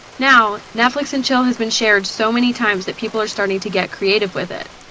now, netflix and chill has been shared so many times that people are starting to get creative with it.